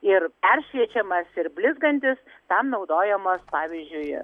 ir peršviečiamas ir blizgantis tam naudojamas pavyzdžiui